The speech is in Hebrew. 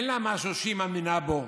אין לה משהו שהיא מאמינה בו,